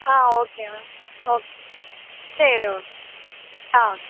ஆ okay ma'am okay சரி okay ஆ